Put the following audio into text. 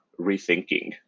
rethinking